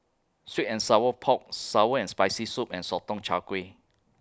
Sweet and Sour Pork Sour and Spicy Soup and Sotong Char Kway